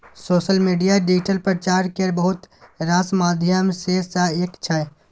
social media digital प्रचार केर बहुत रास माध्यम मे सँ एक छै